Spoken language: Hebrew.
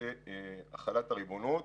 בנושא החלת הריבונות.